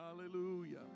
Hallelujah